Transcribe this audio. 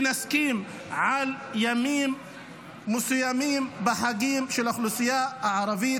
ונסכים על ימים מסוימים בחגים של האוכלוסייה הערבית